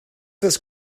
this